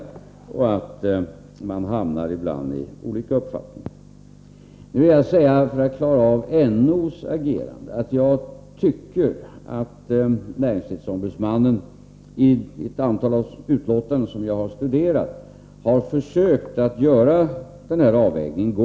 Jag kan således förstå att man ibland har olika uppfattning. För att klara ut det här med NO:s agerande vill jag säga att jag tycker att näringsfrihetsombudsmannen i ett antal utlåtanden som jag studerat har försökt att göra den avvägning som behövs.